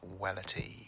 wellity